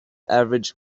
average